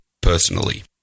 personally